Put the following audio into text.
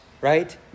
right